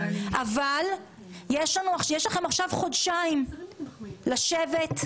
אבל יש לכם עכשיו חודשים לשבת,